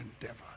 endeavor